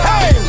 Hey